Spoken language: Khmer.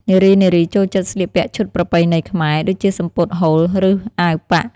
នារីៗចូលចិត្តស្លៀកពាក់ឈុតប្រពៃណីខ្មែរ ដូចជាសំពត់ហូល ឬអាវប៉ាក់។